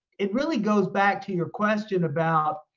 it really goes back to your question about,